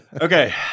Okay